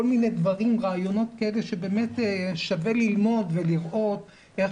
כל מיני רעיונות שבאמת שווה ללמוד ולראות איך